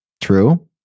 True